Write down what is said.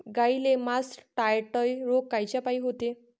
गाईले मासटायटय रोग कायच्यापाई होते?